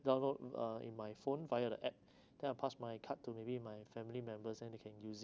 download uh in my phone via the app then I pass my card to maybe my family members and they can use it